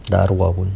dah luar pun